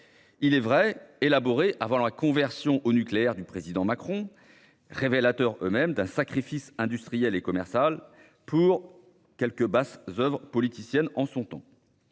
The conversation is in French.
certes élaborés avant la conversion au nucléaire du président Macron, révélatrice d'un sacrifice industriel et commercial pour de basses oeuvres politiciennes. Il est temps